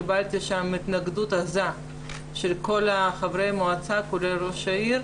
קיבלתי שם התנגדות עזה של כל חברי המועצה כולל ראש העיר,